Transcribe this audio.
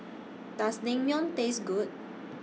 Does Naengmyeon Taste Good